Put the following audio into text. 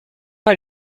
pas